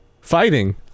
fighting